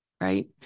right